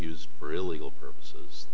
used for illegal purposes